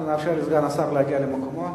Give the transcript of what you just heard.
אנחנו נאפשר לסגן השר להגיע למקומו.